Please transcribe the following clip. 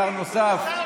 שר נוסף ישיב,